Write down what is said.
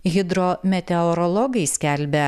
hidrometeorologai skelbia